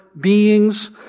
beings